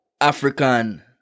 African